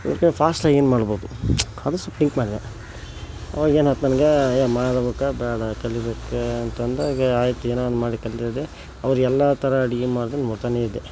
ಫಾಸ್ಟಾಗಿ ಏನು ಮಾಡ್ಬೋದು ಅದು ಸ್ವಲ್ಪ್ ಥಿಂಕ್ ಮಾಡಿದೆ ಆವಾಗೇನಾಯ್ತ್ ನನಗೆ ಏಯ್ ಮಾಡಬೇಕಾ ಬೇಡ ಕಲಿಯಬೇಕಾ ಅಂತಂದಾಗ ಆಯ್ತು ಏನೋ ಒಂದು ಮಾಡಿ ಕಲಿತಿದ್ದೆ ಅವರೆಲ್ಲ ಥರ ಅಡ್ಗೆ ಮಾಡಿದ್ದು ನೋಡ್ತಾನೇ ಇದ್ದೆ